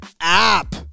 app